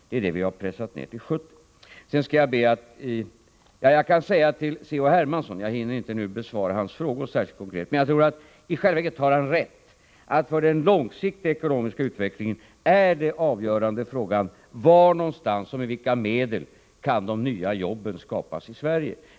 Det är det vi har pressat ned till 70 miljarder. Jag hinner inte nu besvara C.-H. Hermanssons frågor särskilt konkret. Men jag tror att han i själva verket har rätt i att för den långsiktiga ekonomiska utvecklingen är den avgörande frågan: Var någonstans och med vilka medel kan de nya jobben skapas i Sverige?